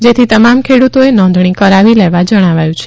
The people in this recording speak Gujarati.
જેથી તમામ ખેડુતોએ નોંધણી કરાવી લેવા જણાવાયું છે